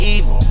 Evil